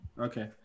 Okay